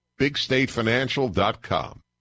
BigStateFinancial.com